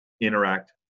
interact